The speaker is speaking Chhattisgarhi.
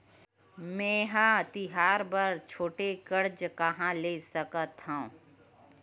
मेंहा तिहार बर छोटे कर्जा कहाँ ले सकथव?